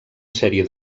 sèrie